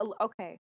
okay